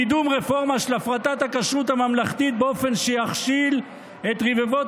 קידום רפורמה של הפרטת הכשרות הממלכתית באופן שיכשיל את רבבות